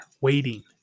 waiting